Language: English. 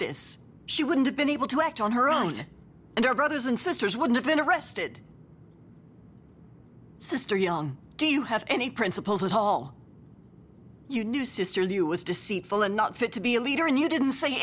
this she wouldn't have been able to act on her own and her brothers and sisters would have been arrested sister young do you have any principles at all you knew sister who was deceitful and not fit to be a leader and you didn't say